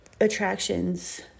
attractions